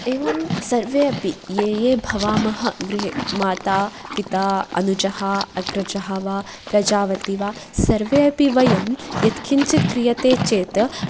एवं सर्वेऽपि ये ये भवामः गृहे माता पिता अनुजः अग्रजः वा प्रजावती वा सर्वेऽपि वयं यत् किञ्चित् क्रियते चेत्